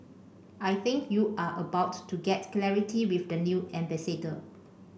I think you are about to get clarity with the new ambassador